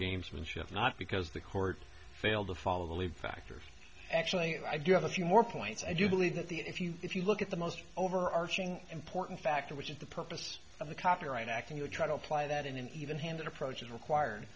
gamesmanship not because the court failed to follow the lead factors actually i do have a few more points and you believe that the if you if you look at the most overarching important factor which is the purpose of the copyright act and you try to apply that in an even handed approach is required